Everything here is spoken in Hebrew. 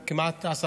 של כמעט 10%,